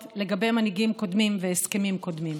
לגבי מנהיגים קודמים והסכמים קודמים.